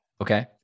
Okay